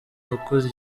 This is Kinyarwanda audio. wakoze